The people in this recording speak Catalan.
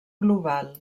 global